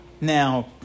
Now